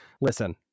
Listen